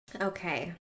Okay